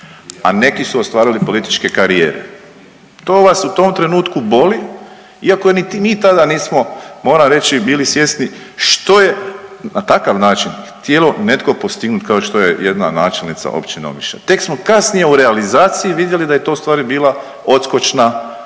a neki su ostvarili političke karijere. To vas u tom trenutku boli iako niti mi tada nismo moram reći bili svjesni što je na takav način htio netko postignuti kao što je jedna načelnica općine Omišalj. Tek smo kasnije u realizaciji vidjeli da je to ustvari bila odskočna daska